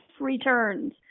returns